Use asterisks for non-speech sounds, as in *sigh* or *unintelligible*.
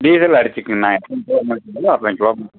diesel அடிச்சிக்கணும்ண்ண *unintelligible* அத்தனை kilometre